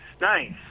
nice